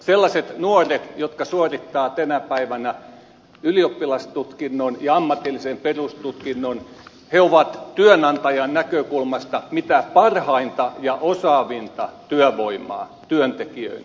sellaiset nuoret jotka suorittavat tänä päivänä ylioppilastutkinnon ja ammatillisen perustutkinnon ovat työnantajan näkökulmasta mitä parhainta ja osaavinta työvoimaa työntekijöinä